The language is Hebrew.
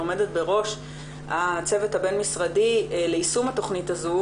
עומדת בראש הצוות הבין-משרדי ליישום התכנית הזו,